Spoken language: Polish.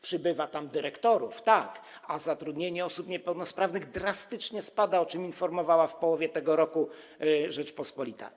Przybywa tam dyrektorów, tak, a zatrudnienie osób niepełnosprawnych drastycznie spada, o czym informowała w połowie tego roku „Rzeczpospolita”